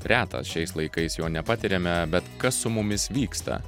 retas šiais laikais jo nepatiriame bet kas su mumis vyksta